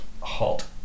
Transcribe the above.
halt